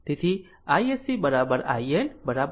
તેથી iSC IN 4 ampere